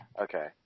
Okay